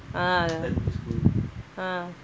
ah ah